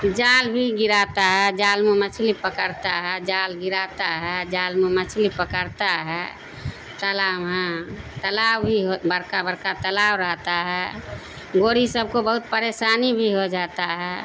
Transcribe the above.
جال بھی گراتا ہے جال میں مچھلی پکڑتا ہے جال گراتا ہے جال میں مچھلی پکڑتا ہے تالاب ہاں تالاب بھی بڑکا بڑکا تالاب رہتا ہے گوری سب کو بہت پریشانی بھی ہو جاتا ہے